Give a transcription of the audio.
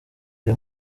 ari